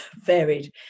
varied